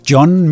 John